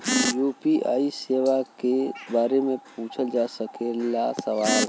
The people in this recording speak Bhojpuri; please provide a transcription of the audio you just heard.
यू.पी.आई सेवा के बारे में पूछ जा सकेला सवाल?